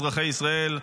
אזרחי ישראל.